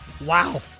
wow